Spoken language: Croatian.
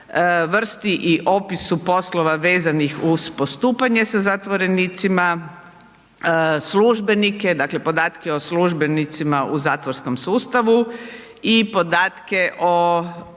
vrsti i opisu poslova vezanih uz postupanje sa zatvorenicima, službenike, dakle podatke o službenicima u zatvorskom sustavu i podatke o